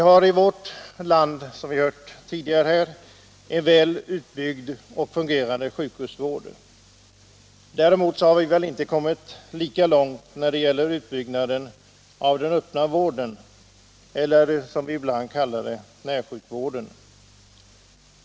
Som tidigare sagts här i dag har vi i vårt land en väl utbyggd och väl fungerande sjukhusvård. Däremot har vi kanske inte kommit lika långt när det gäller utbyggnaden av den öppna vården eller, som vi ibland kallar den, ”närsjukvården”.